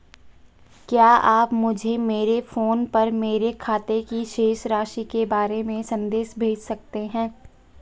क्या आप मुझे मेरे फ़ोन पर मेरे खाते की शेष राशि के बारे में संदेश भेज सकते हैं?